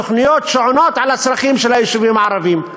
תוכניות שעונות על הצרכים של היישובים הערביים.